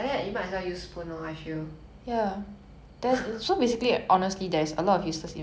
mm true I think a useless invention to me